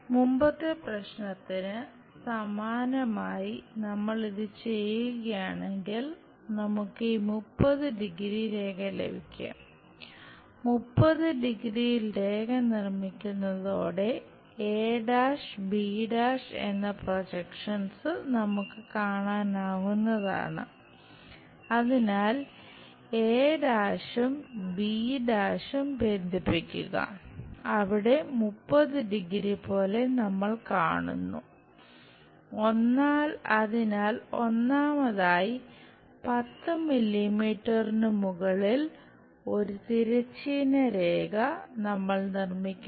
മുമ്പത്തെ പ്രശ്നത്തിന് സമാനമായി നമ്മൾ ഇത് ചെയ്യുകയാണെങ്കിൽ നമുക്ക് ഈ 30 ഡിഗ്രി നമ്മൾ നിർമ്മിക്കണം